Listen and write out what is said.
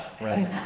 Right